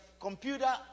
computer